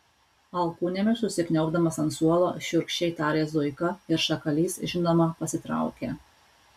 alkūnėmis užsikniaubdamas ant suolo šiurkščiai tarė zuika ir šakalys žinoma pasitraukė